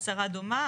הצהרה דומה.